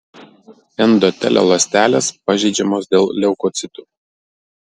endotelio ląstelės pažeidžiamos dėl leukocitų